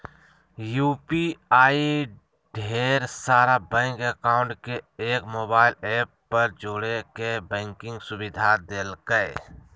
UPI ढेर सारा bank account के एक मोबाइल ऐप पर जोड़े के बैंकिंग सुविधा देलकै